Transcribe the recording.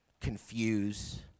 confuse